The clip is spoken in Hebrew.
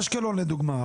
אשקלון לדוגמה?